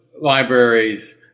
libraries